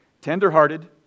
tenderhearted